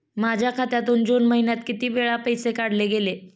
माझ्या खात्यातून जून महिन्यात किती वेळा पैसे काढले गेले?